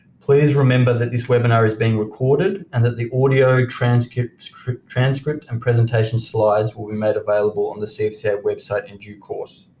please remember that this webinar is being recorded and that the audio, transcript transcript and presentation slides will be made available on the cfca website in due course.